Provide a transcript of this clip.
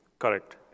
Correct